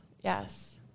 Yes